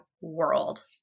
world